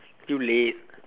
too late